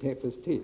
täppa till.